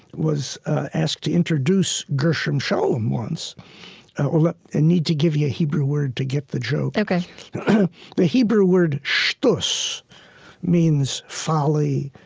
was asked to introduce gershom scholem once i like and need to give you a hebrew word to get the joke ok the hebrew word shtus means folly,